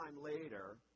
later